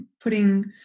putting